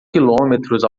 quilômetros